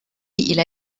إلى